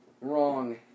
Wrong